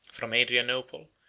from adrianople,